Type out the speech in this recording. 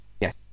Yes